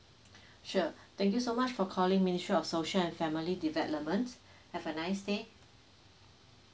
sure thank you so much for calling ministry of social and family developments have a nice day